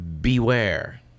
beware